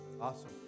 Awesome